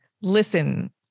listen